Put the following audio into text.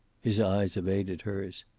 his eyes evaded hers.